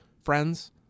friends